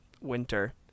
winter